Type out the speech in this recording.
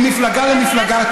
ממפלגה למפלגה,